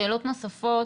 שאלות נוספות